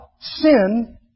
sin